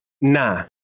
nah